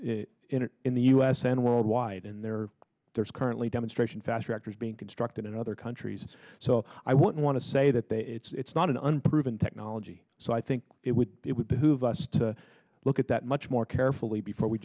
in the us and worldwide and there are there's currently demonstration fast reactors being constructed in other countries so i wouldn't want to say that they it's not an unproven technology so i think it would it would behoove us to look at that much more carefully before we